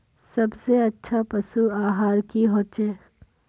सबसे अच्छा पशु आहार की होचए?